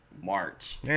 March